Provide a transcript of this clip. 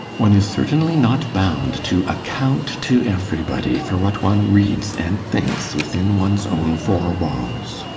one is certainly not bound to account to everybody for what one reads and thinks within one's own four walls.